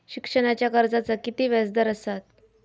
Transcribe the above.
शिक्षणाच्या कर्जाचा किती व्याजदर असात?